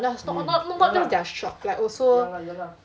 not not not just their shop like also